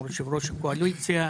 מול יושב-ראש הקואליציה,